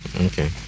okay